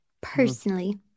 personally